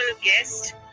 guest